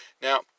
Now